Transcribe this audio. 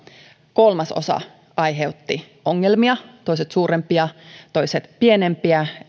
kolmasosa aiheutti ongelmia toiset suurempia toiset pienempiä